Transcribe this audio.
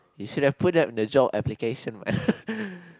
you should have put that in the job application what